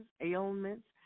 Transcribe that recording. ailments